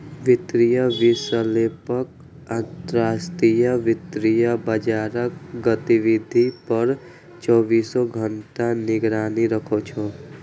वित्तीय विश्लेषक अंतरराष्ट्रीय वित्तीय बाजारक गतिविधि पर चौबीसों घंटा निगरानी राखै छै